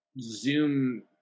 Zoom